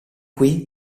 qui